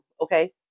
Okay